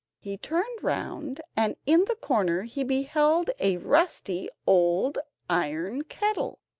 he turned round, and in the corner he beheld a rusty old iron kettle,